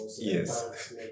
Yes